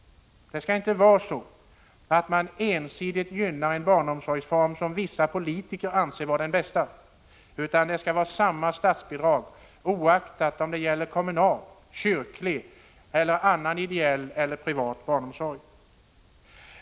Det skall inte vara så att en barnomsorgsform ensidigt gynnas därför att vissa politiker anser att den är bäst, utan det skall vara lika statsbidrag oaktat om det gäller kommunal, kyrklig eller annan ideell eller privat barnomsorg.